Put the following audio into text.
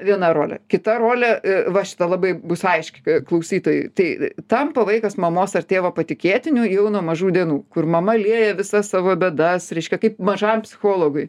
viena rolė kita rolė va šita labai bus aiški klausytojui tai tampa vaikas mamos ar tėvo patikėtiniu jau nuo mažų dienų kur mama lieja visas savo bėdas reiškia kaip mažam psichologui